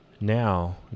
Now